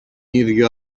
ίδιο